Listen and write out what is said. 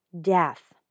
death